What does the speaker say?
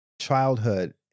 childhood